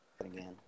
again